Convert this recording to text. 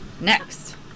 Next